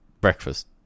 breakfast